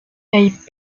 paient